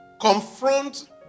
confront